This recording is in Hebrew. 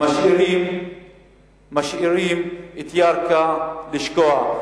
משאירים את ירכא לשקוע.